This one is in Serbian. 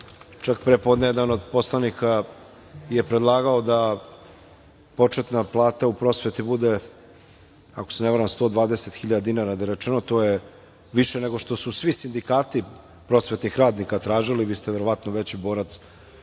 Čak prepodne jedan od poslanika je predlagao da početna plata prosveti bude 120.000 dinara. To je više nego što su svi sindikati prosvetnih radnika tražili. Vi ste verovatno veći borac